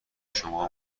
شما